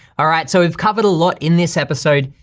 all right so we've covered a lot in this episode.